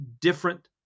different